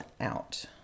out